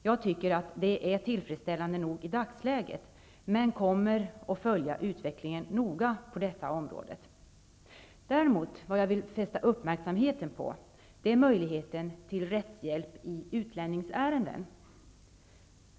Jag tycker att det är tillfredsställande nog i dagsläget, men jag kommer att följa utvecklingen noga på detta område. Däremot vill jag fästa uppmärksamheten på möjligheten till rättshjälp i utlänningsärenden.